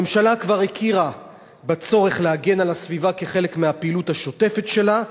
הממשלה כבר הכירה בצורך להגן על הסביבה כחלק מהפעילות השוטפת שלה,